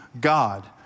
God